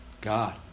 God